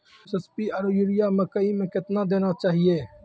SSP आरु urea मकई मे कितना देना चाहिए?